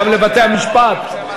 גם לבתי-המשפט.